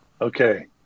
Okay